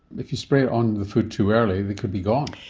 if you spray it on the food too early they could be gone.